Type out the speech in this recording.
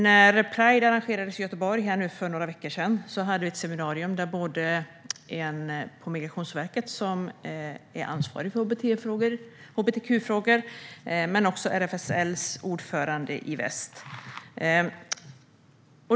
När pride arrangerades i Göteborg för några veckor sedan hade vi ett seminarium med en person från Migrationsverket som är ansvarig för hbtq-frågor och RFSL:s ordförande i Väst.